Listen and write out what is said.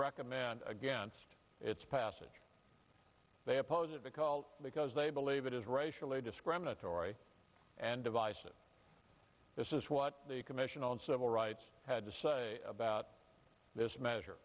recommend against its passage they oppose it because because they believe it is racially discriminatory and divisive this is what the commission on civil rights had to say about this measure